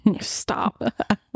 Stop